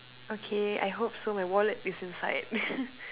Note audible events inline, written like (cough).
okay I hope so my wallet is inside (laughs)